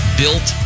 built